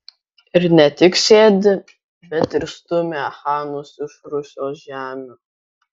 ir ne tik sėdi bet ir stumia chanus iš rusios žemių